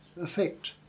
effect